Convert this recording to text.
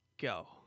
go